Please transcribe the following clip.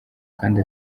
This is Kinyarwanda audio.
kandi